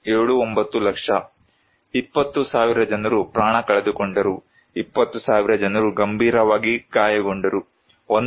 79 ಲಕ್ಷ 20000 ಜನರು ಪ್ರಾಣ ಕಳೆದುಕೊಂಡರು 20000 ಜನರು ಗಂಭೀರವಾಗಿ ಗಾಯಗೊಂಡರು 1